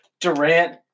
Durant